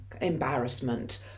embarrassment